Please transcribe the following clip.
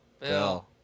Bill